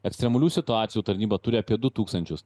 ekstremalių situacijų tarnyba turi apie du tūkstančius